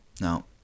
Now